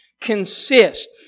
consist